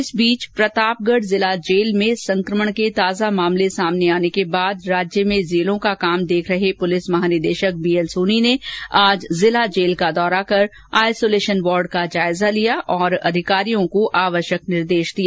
इस बीच प्रतापगढ़ जिला जेल में संक्रमण के ताजा मामले सामने आने के बाद राज्य में जेलों का काम देख रहे पुलिस महानिदेशक बीएल सोनी ने आज जिला जेल का दौरा कर आइसोलेशन वार्ड का जायजा लिया और अधिकारियों को आवश्यक निर्देश दिए